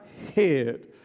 head